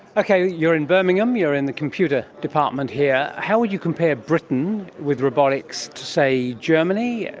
okay, you're in birmingham, you're in the computer department here. how would you compare britain with robotics to, say, germany, yeah